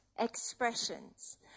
expressions